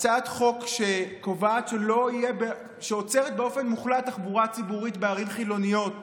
הצעת חוק שעוצרת באופן מוחלט תחבורה ציבורית בערים חילוניות